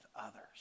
others